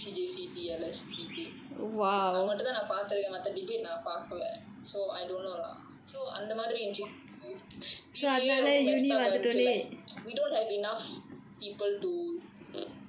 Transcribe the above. அது மட்டுதான் நான் பாத்து இருக்கேன் மத்த:athu mattuthaan naan pathu irukkaen matha debate நான் பாக்கல:naan paakkala so I don't know lah so அந்த மாதிரி:antha maathiri C_C_A also mess up ah இருந்துச்சு:irunthuchu like we don't have enough people to ya